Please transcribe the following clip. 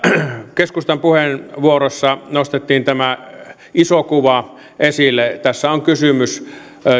keskustan puheenvuorossa nostettiin tämä iso kuva esille tässä on kysymys